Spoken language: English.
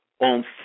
on